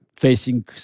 facing